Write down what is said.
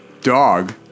Dog